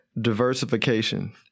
Diversification